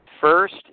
First